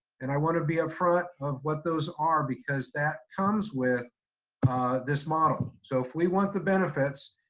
and i want to be upfront of what those are, because that comes with this model. so if we want the benefits,